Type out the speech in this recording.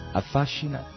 affascina